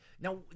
now